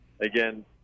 again